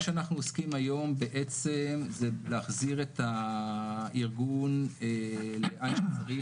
מה שאנחנו עוסקים היום בעצם זה להחזיר את הארגון לאן שצריך.